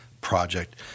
project